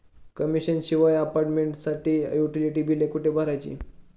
Commission शिवाय अपार्टमेंटसाठी utility बिले कुठे भरायची?